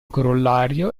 corollario